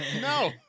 No